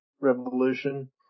revolution